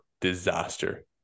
disaster